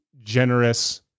generous